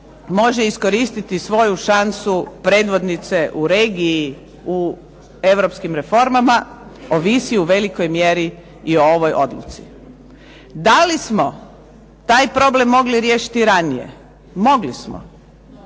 može iskoristiti svoju šansu predvodnice u regiji u europskim reformama ovisi u velikoj mjeri i o ovoj odluci. Da li smo taj problem mogli riješiti ranije? Mogli smo.